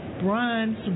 bronze